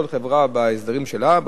כל חברה בהסדרים שלה,